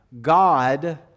God